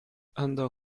andò